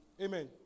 amen